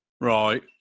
Right